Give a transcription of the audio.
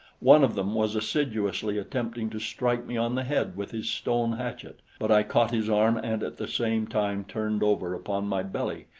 one of them was assiduously attempting to strike me on the head with his stone hatchet but i caught his arm and at the same time turned over upon my belly,